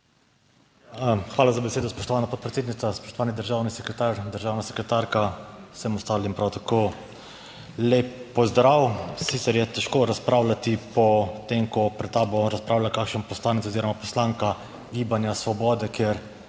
Hvala za besedo, spoštovana podpredsednica, spoštovani državni sekretar, državna sekretarka, vsem ostalim prav tako lep pozdrav. Sicer je težko razpravljati po tem, ko pred tabo razpravlja kakšen poslanec oziroma poslanka Gibanja Svobode, kjer